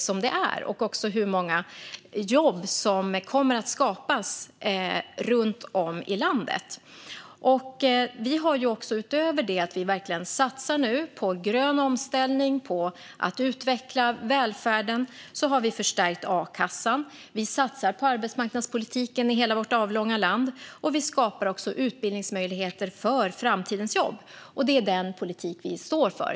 Vi ser också hur många jobb som kommer att skapas runt om i landet. Utöver att vi satsar på grön omställning och på att utveckla välfärden förstärker vi a-kassan och satsar på arbetsmarknadspolitiken i hela vårt avlånga land. Vi skapar också utbildningsmöjligheter för framtidens jobb. Det är denna politik vi står för.